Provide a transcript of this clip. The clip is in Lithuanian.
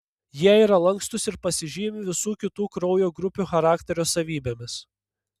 jie yra lankstūs ir pasižymi visų kitų kraujo grupių charakterio savybėmis